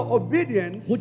obedience